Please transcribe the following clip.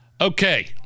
Okay